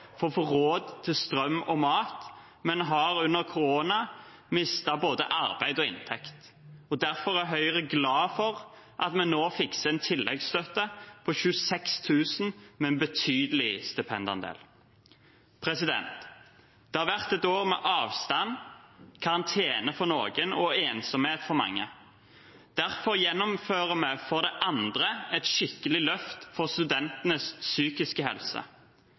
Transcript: for å få råd til strøm og mat, men har under koronapandemien mistet både arbeid og inntekt. Derfor er Høyre glad for at vi nå fikser en tilleggsstøtte på 26 000 kr, med en betydelig stipendandel. Det har vært et år med avstand, karantene for noen og ensomhet for mange. Derfor gjennomfører vi for det andre et skikkelig løft for studentenes psykiske helse.